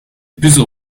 puzzel